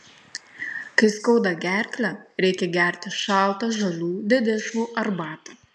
kai skauda gerklę reikia gerti šaltą žalių dedešvų arbatą